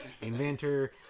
inventor